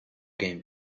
game